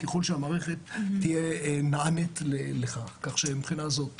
מבחינה זאת